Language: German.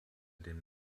dem